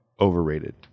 overrated